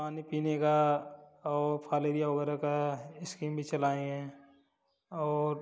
पानी पीने का और फलेरिया वगैरह का इस्किम भी चलाए हैं और